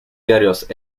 diarios